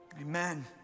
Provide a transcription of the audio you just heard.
Amen